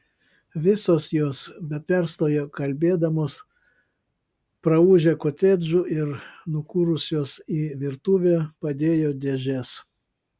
visos jos be perstojo kalbėdamos praūžė kotedžu ir nukūrusios į virtuvę padėjo dėžes